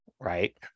right